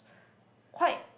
quite